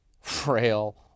frail